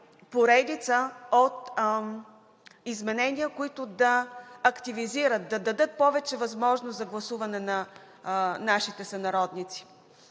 поредица от изменения, които да активизират, да дадат повече възможност за гласуване на нашите сънародници.